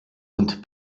und